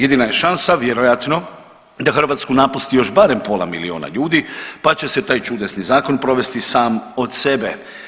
Jedina je šansa vjerojatno da Hrvatsku napusti još barem pola miliona ljudi pa će se taj zakon provesti sam od sebe.